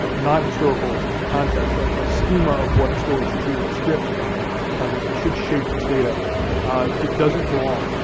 ah not historical context, ah a schema of what a story should be or a script about that should shape this data that doesn't belong.